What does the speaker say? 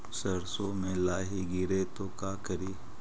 सरसो मे लाहि गिरे तो का करि?